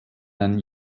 einen